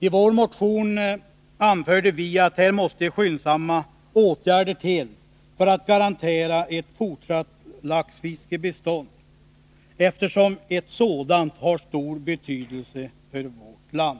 I vår motion anförde vi att skyndsamma åtgärder måste till för att garantera ett fortsatt laxfiskebestånd, eftersom ett sådant har stor betydelse för vårt land.